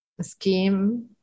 scheme